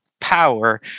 power